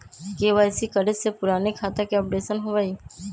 KYC करें से पुराने खाता के अपडेशन होवेई?